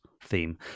theme